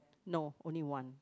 no only one